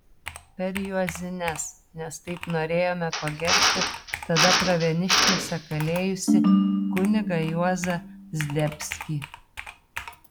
per juozines nes taip norėjome pagerbti tada pravieniškėse kalėjusi kunigą juozą zdebskį